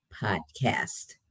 Podcast